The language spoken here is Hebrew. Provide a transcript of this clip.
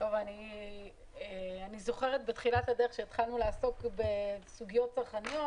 אני זוכרת בתחילת הדרך כשהתחלנו לעסוק בסוגיות צרכניות,